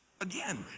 again